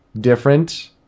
different